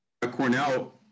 Cornell